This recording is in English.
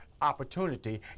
opportunity